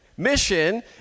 Mission